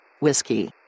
Whiskey